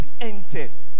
enters